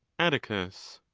atticus.